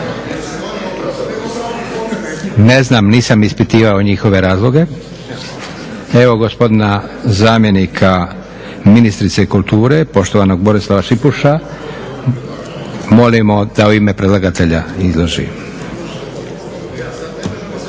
Ne znam, nisam ispitivao njihove razloge. Evo, gospodina zamjenika ministrice kulture, poštovanog Berislava Šipuša. Molimo da u ime predlagatelja izloži.